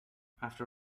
after